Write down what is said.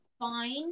Fine